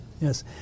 Yes